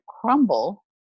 crumble